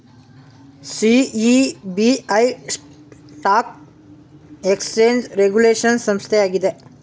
SEBI stock exchange regulation ಸಂಸ್ಥೆ ಆಗಿದೆ